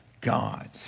God